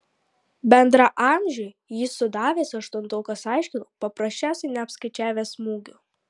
bendraamžiui jį sudavęs aštuntokas aiškino paprasčiausiai neapskaičiavęs smūgio